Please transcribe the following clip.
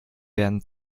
werden